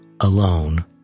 alone